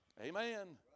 Amen